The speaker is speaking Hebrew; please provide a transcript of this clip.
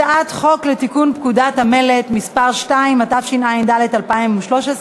הצעת חוק לתיקון פקודת המלט (מס' 2), התשע"ד 2013,